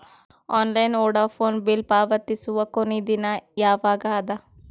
Online Vodafone bill ಪಾವತಿಸುವ ಕೊನಿ ದಿನ ಯವಾಗ ಅದ?